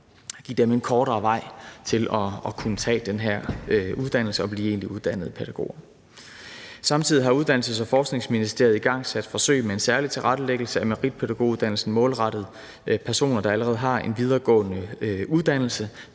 og give dem en kortere vej til at kunne tage den her uddannelse og blive uddannede pædagoger. Samtidig har Uddannelses- og Forskningsministeriet igangsat forsøg med en særlig tilrettelæggelse af meritpædagoguddannelsen målrettet personer, der allerede har en videregående uddannelse.